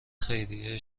خیریه